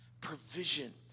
provision